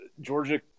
Georgia